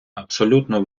абсолютно